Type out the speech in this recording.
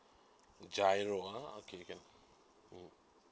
giro ah okay can mm